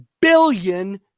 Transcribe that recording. billion